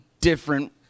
different